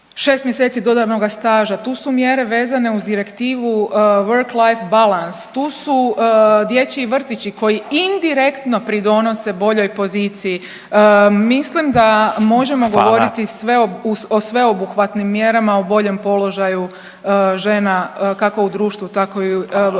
uz 6 mjeseci dodanoga staža. Tu su mjere vezane uz Direktivu Work life balans. Tu su dječji vrtići koji indirektno pridonose boljoj poziciji. Mislim da možemo govoriti o sveobuhvatnim mjerama o boljem položaju žena kako u društvu, tako i prilikom